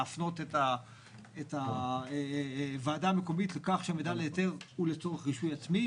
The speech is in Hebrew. להפנות את הוועדה המקומית לכך שעמידה להיתר הוא לצורך רישוי עצמי